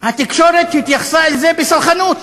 התקשורת התייחסה אל זה בסלחנות.